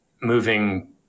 moving